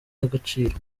y’agaciro